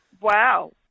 Wow